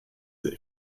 sehr